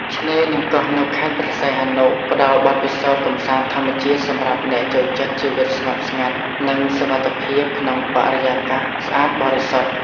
ឆ្នេរនិងកោះនៅខេត្តព្រះសីហនុផ្តល់បទពិសោធន៍កម្សាន្តធម្មជាតិសម្រាប់អ្នកចូលចិត្តជីវិតស្ងប់ស្ងាត់ និងសុវត្ថិភាពក្នុងបរិយាកាសស្អាតបរិសុទ្ធ។